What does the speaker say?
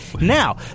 Now